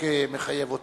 החוק מחייב אותי.